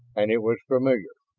and it was familiar.